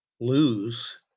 lose